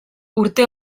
urte